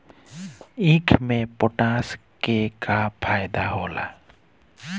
ईख मे पोटास के का फायदा होला?